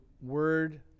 word